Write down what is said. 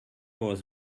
was